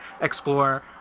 explore